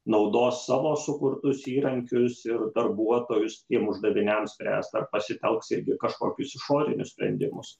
naudos savo sukurtus įrankius ir darbuotojus tiem uždaviniam spręst ar pasitelks irgi kažkokius išorinius sprendimus